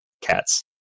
cats